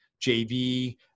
JV